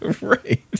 Right